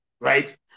right